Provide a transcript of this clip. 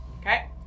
Okay